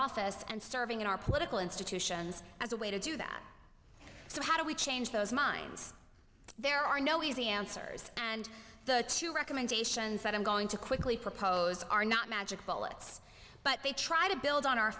office and serving in our political institutions as a way to do that so how do we change those minds there are no easy answers and the recommendations that i'm going to quickly propose are not magic bullets but they try to build on our